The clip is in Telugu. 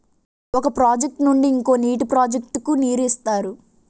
ఒక ప్రాజెక్ట్ నుండి ఇంకో నీటి ప్రాజెక్ట్ కు నీరు ఇస్తారు